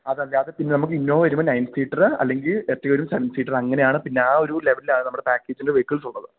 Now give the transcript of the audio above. അതല്ലാതെ പിന്നെ നമുക്ക് ഇന്നോവ വരുമ്പോള് നയൻ സീറ്റര് അല്ലെങ്കില് എർറ്റിഗോയുടെ സെവൻ സീറ്റര് അങ്ങനെയാണ് പിന്നെ ആ ഒരു ലെവലിലാണ് നമ്മുടെ പാക്കേജിൻ്റെ വെഹിക്കിൾസുള്ളത്